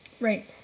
Right